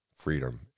Freedom